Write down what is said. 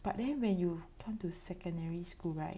but then when you come to secondary school right